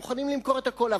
מוכנים למכור את הכול.